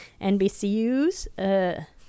NBCU's